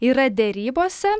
yra derybose